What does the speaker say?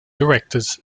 directors